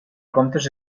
comptes